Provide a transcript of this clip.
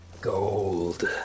Gold